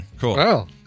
cool